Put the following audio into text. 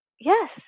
Yes